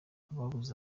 ababuze